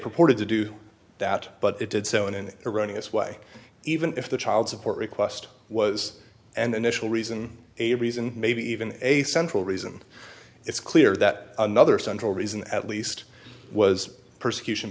purported to do that but it did so in an iranians way even if the child support request was an initial reason a reason maybe even a central reason it's clear that another central reason at least was persecution